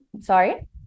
Sorry